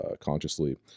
consciously